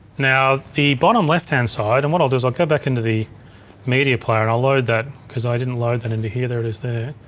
now the bottom left-hand side and what i'll do is i'll go back into the media player and i'll load that cause i didn't load that into here, there it is there.